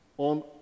On